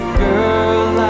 girl